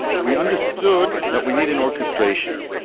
we understood that we need an orchestration.